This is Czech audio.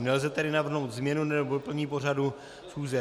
Nelze tedy navrhnout změnu nebo doplnění pořadu schůze.